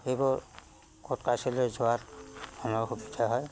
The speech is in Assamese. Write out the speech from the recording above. সেইবোৰ ক'ট কাছাৰীলৈ যোৱাৰ মানুহৰ সুবিধা হয়